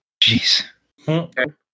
Jeez